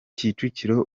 kicukiro